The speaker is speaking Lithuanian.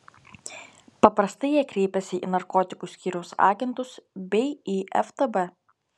paprastai jie kreipiasi į narkotikų skyriaus agentus bei į ftb